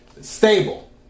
Stable